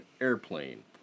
airplane